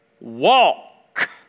walk